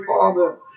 Father